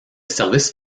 service